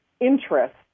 interest